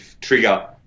trigger